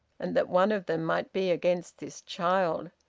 and that one of them might be against this child.